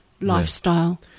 lifestyle